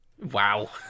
Wow